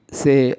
say